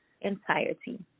entirety